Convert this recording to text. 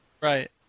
right